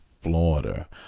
Florida